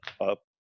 up